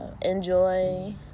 enjoy